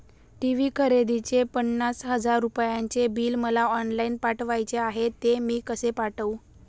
TV खरेदीचे पन्नास हजार रुपयांचे बिल मला ऑफलाईन पाठवायचे आहे, ते मी कसे पाठवू?